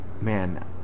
Man